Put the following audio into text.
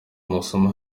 masomo